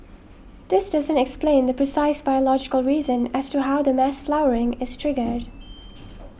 this doesn't explain the precise biological reason as to how the mass flowering is triggered